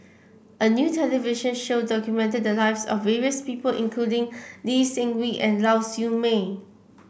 a new television show documented the lives of various people including Lee Seng Wee and Lau Siew Mei